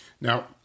Now